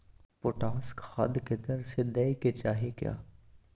Potash खाद की दर से दै के चाही?